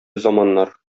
заманнар